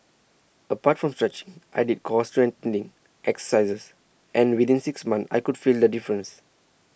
apart from stretching I did core strengthening exercises and within six months I could feel the difference